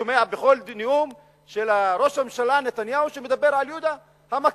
אני שומע בכל נאום של ראש הממשלה נתניהו שהוא מדבר על יהודה המכבי.